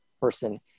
person